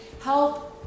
Help